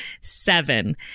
seven